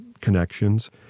connections